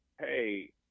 hey